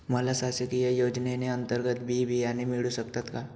मला शासकीय योजने अंतर्गत बी बियाणे मिळू शकतात का?